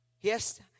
Yes